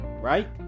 right